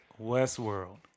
Westworld